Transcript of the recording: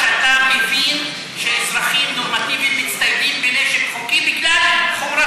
איך אפשר באמת להשתמש בחוק הזה ולבנות